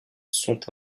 sont